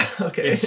Okay